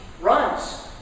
runs